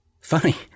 Funny